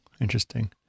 interesting